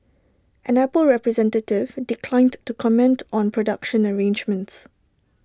an Apple representative declined to comment on production arrangements